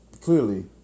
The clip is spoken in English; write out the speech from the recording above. clearly